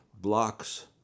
blocks